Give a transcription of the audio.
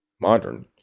modern